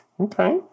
Okay